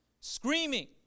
Screaming